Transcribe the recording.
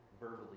Verbally